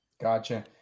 gotcha